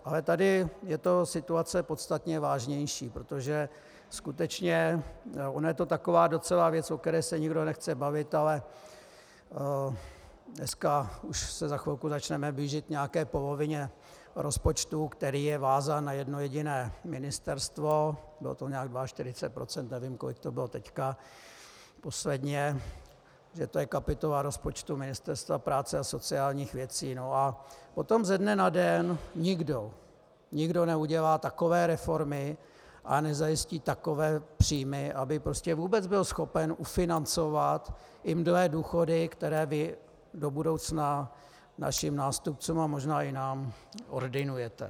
Ale tady je to situace podstatně vážnější, protože skutečně ono je to taková docela věc, o které se nikdo nechce bavit, ale dneska už se za chvilku začneme blížit nějaké polovině rozpočtu, který je vázán na jedno jediné ministerstvo, bylo to nějak 42 %, nevím, kolik to bylo teď posledně, že to je kapitola rozpočtu Ministerstva práce a sociálních věcí, no a potom ze dne na den nikdo neudělá takové reformy a nezajistí takové příjmy, aby prostě vůbec byl schopen ufinancovat i mdlé důchody, které vy do budoucna našim nástupcům a možná i nám ordinujete.